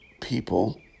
people